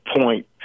point